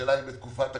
השאלה אם בתקופת הקורונה,